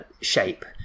shape